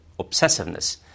obsessiveness